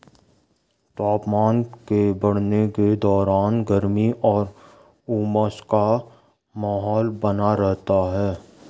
तापमान के बढ़ने के दौरान गर्मी और उमस का माहौल बना रहता है